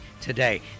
today